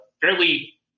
fairly